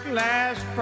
last